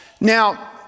Now